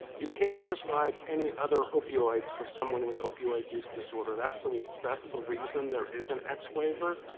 you can't prescribe any other opioids for someone with opioid use disorder. that's the that's the reason there is an x waiver.